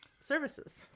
services